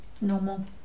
Normal